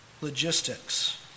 Logistics